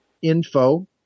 info